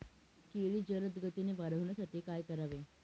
केळी जलदगतीने वाढण्यासाठी काय करावे?